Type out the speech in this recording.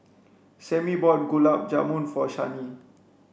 Sammy bought Gulab Jamun for Shani